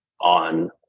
on